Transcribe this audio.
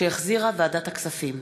שהחזירה ועדת הכספים.